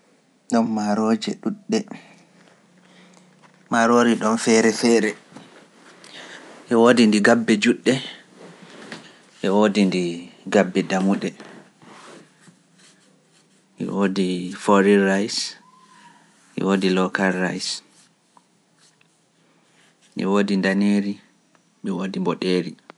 Ɗoon maaroje ɗuuɗɗe, maaroori ɗoon feere feere, e woodi ndi gabbe juɗɗe, e woodi ndi gabbe dammuɗe, e woodi forirais, e woodi lokalrais, e woodi ndaneeri, e woodi mboɗeeri.